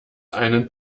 einen